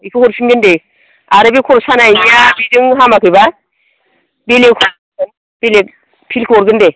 इखौ हरफिनगोन दे आरो बे खर' सानायानिया बेजों हामाखैब्ला बेलेक बेलेक पिलखौ हरगोन दे